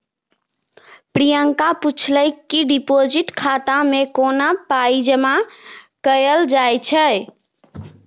प्रियंका पुछलकै कि डिपोजिट खाता मे कोना पाइ जमा कयल जाइ छै